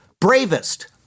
bravest